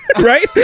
right